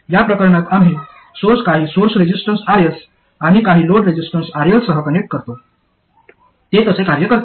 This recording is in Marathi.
या प्रकरणात आम्ही सोर्स काही सोर्स रेजिस्टन्स Rs आणि काही लोड रेजिस्टन्स RL सह कनेक्ट करतो ते तसे कार्य करते